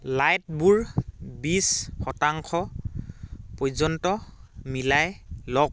লাইটবোৰ বিছ শতাংশ পৰ্যন্ত মিলাই লওক